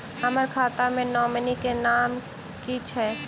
हम्मर खाता मे नॉमनी केँ नाम की छैय